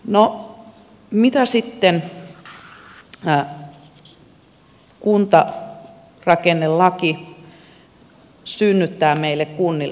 no mitä sitten kuntarakennelaki synnyttää meille kunnille